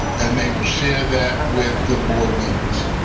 then they will share that with the board members. i